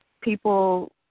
People